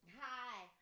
Hi